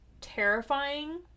terrifying